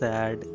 Sad